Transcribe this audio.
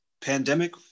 pandemic